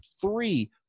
three